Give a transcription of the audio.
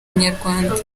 inyarwanda